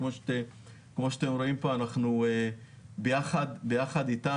כפי שאתם רואים כאן אנחנו ביחד איתם,